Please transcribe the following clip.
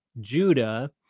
Judah